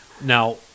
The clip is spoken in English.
Now